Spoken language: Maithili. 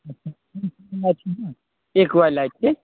चेक वाला छै